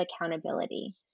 accountability